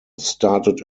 started